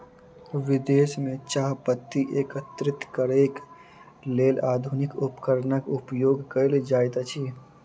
विदेश में चाह पत्ती एकत्रित करैक लेल आधुनिक उपकरणक उपयोग कयल जाइत अछि